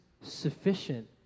sufficient